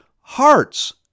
hearts